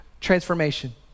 transformation